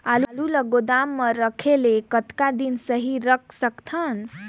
आलू ल गोदाम म रखे ले कतका दिन सही रख सकथन?